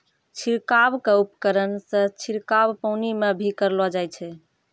छिड़काव क उपकरण सें छिड़काव पानी म भी करलो जाय छै